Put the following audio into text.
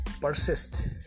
persist